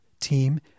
team